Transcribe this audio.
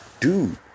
dude